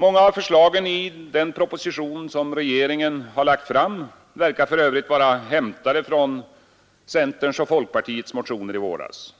Många av förslagen i den proposition som regeringen har lagt fram verkar för övrigt vara hämtade från centerns och folkpartiets motioner i våras.